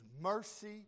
mercy